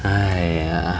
!haiya!